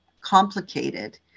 complicated